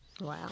Wow